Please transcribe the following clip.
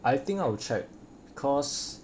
I think I will check cause